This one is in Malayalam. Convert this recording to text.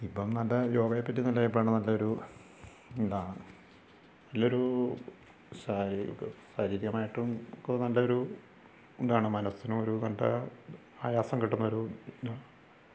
ഇപ്പം അതായത് യോഗയെപ്പറ്റി നല്ല അഭിപ്രായമാണ് നല്ലൊരു ഇതാണ് നല്ലൊരു സാരി ശാരീരികമായിട്ടും ഒക്കെ നല്ലൊരു ഇതാണ് മനസ്സിനൊരു നല്ല ആയാസം കിട്ടുന്നൊരു